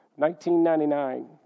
1999